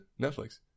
Netflix